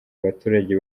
abaturage